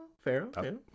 Pharaoh